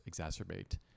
exacerbate